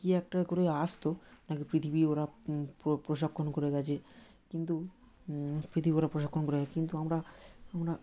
কী একটা করে আসত নাকি পৃথিবী ওরা প্র প্রশিক্ষণ করে গিয়েছে কিন্তু পৃথিবী ওরা প্রশিক্ষণ করে কিন্তু আমরা আমরা